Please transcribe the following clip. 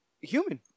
human